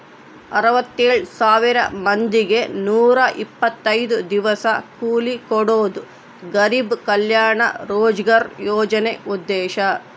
ಅರವತ್ತೆಳ್ ಸಾವಿರ ಮಂದಿಗೆ ನೂರ ಇಪ್ಪತ್ತೈದು ದಿವಸ ಕೂಲಿ ಕೊಡೋದು ಗರಿಬ್ ಕಲ್ಯಾಣ ರೋಜ್ಗರ್ ಯೋಜನೆ ಉದ್ದೇಶ